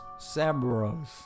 Sabros